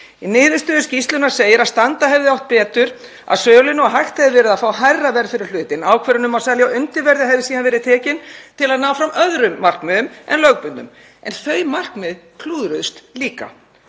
Í niðurstöðu skýrslunnar segir að standa hefði mátt betur að sölunni og hægt hefði verið að fá hærra verð fyrir hlutinn. Ákvörðun um að selja á undirverði hefði síðan verið tekin til að ná fram öðrum markmiðum en lögbundnum en þau markmið klúðruðust líka.